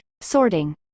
sorting